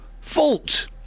fault